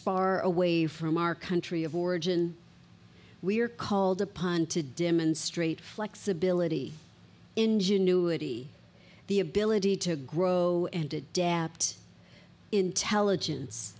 far away from our country of origin we are called upon to demonstrate flexibility ingenuity the ability to grow and adapt intelligence